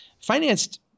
financed